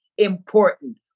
important